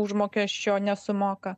užmokesčio nesumoka